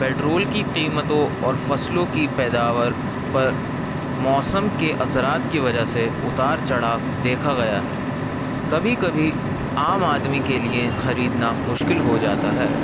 petrol کی قیمتوں اور فصلوں کی پیداوار پر موسم کے اثرات کی وجہ سے اتار چڑھاؤ دیکھا گیا ہے کبھی کبھی عام آدمی کے لیے خریدنا مشکل ہو جاتا ہے